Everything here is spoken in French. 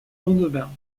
lendemain